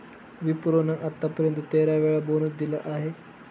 विप्रो ने आत्तापर्यंत तेरा वेळा बोनस दिला आहे